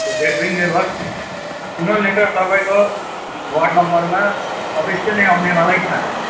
so they doing their work sooner later तपाईँको ward नम्बरमा अवश्य नै आउनेवालै छ हामी